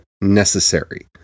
necessary